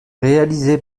réalisé